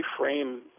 reframe